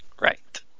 Right